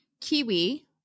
kiwi